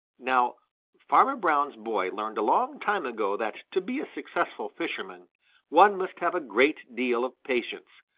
now farmer brown's boy learned a long time ago that to be a successful fisherman one must have a great deal of patience,